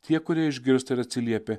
tie kurie išgirsta ir atsiliepia